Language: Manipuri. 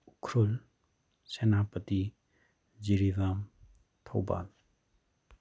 ꯎꯈ꯭ꯔꯨꯜ ꯁꯦꯅꯥꯄꯇꯤ ꯖꯤꯔꯤꯕꯥꯝ ꯊꯧꯕꯥꯜ